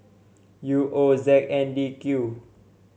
U O Z N D Q